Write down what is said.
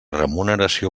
remuneració